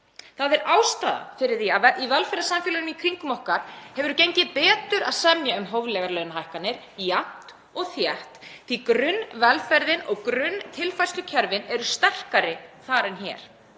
Það er ástæða fyrir því að í velferðarsamfélögum í kringum okkur hefur gengið betur að semja um hóflegar launahækkanir jafnt og þétt, því grunnvelferðin og grunntilfærslukerfin eru sterkari þar en hér.